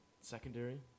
secondary